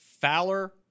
Fowler